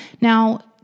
Now-